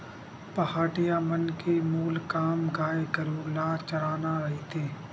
पहाटिया मन के मूल काम गाय गरु ल चराना रहिथे